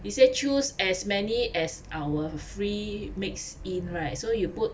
it say choose as many as our free mix in right so you put